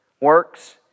works